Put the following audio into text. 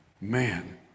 Man